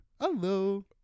Hello